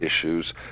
Issues